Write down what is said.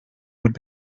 would